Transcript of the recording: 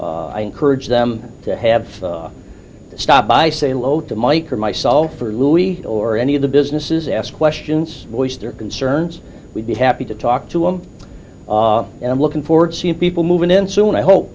i encourage them to have a stop by say low to mike or myself or louis or any of the businesses ask questions voice their concerns we'd be happy to talk to him and i'm looking forward to seeing people moving in soon i hope